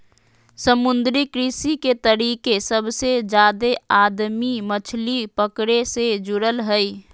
समुद्री कृषि के तरीके सबसे जादे आदमी मछली पकड़े मे जुड़ल हइ